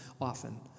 often